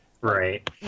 Right